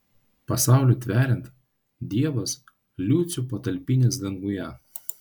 pasaulį tveriant dievas liucių patalpinęs danguje